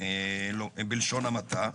בלשון המעטה.